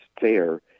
fair